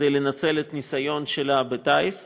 כדי לנצל את הניסיון שלה בטיס,